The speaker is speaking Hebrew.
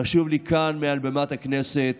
חשוב לי כאן מעל במת הכנסת